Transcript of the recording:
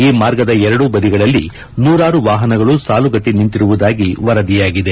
ಈ ಮಾರ್ಗದ ಎರಡೂ ಬದಿಗಳಲ್ಲಿ ನೂರಾರು ವಾಹನಗಳು ಸಾಲುಗಟ್ಟಿ ನಿಂತಿರುವುದಾಗಿ ವರದಿಯಾಗಿದೆ